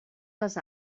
les